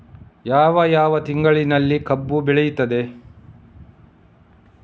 ಯಾವ ಯಾವ ತಿಂಗಳಿನಲ್ಲಿ ಕಬ್ಬು ಬೆಳೆಯುತ್ತದೆ?